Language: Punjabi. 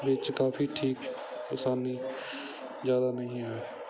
ਵਿੱਚ ਕਾਫੀ ਠੀਕ ਆਸਾਨੀ ਜ਼ਿਆਦਾ ਨਹੀਂ ਹੈ